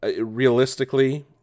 realistically